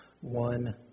one